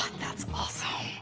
that's awesome.